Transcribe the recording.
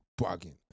bugging